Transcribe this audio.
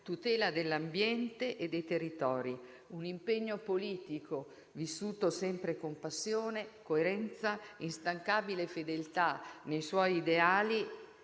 tutela dell'ambiente e dei territori; un impegno politico vissuto sempre con passione, coerenza, instancabile fedeltà ai suoi ideali,